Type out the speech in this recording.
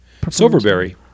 Silverberry